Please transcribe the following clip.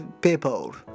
people